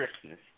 Christmas